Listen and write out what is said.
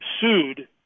sued